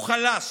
הוא חלש.